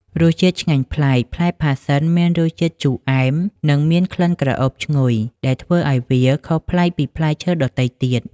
រសជាតិឆ្ងាញ់ប្លែក ផ្លែផាសសិនមានរសជាតិ ជូរអែម និងមាន ក្លិនក្រអូបឈ្ងុយ ដែលធ្វើឱ្យវាខុសប្លែកពីផ្លែឈើដទៃទៀត។